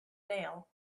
nail